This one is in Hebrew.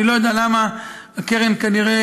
אני לא יודע למה, הקרן כנראה,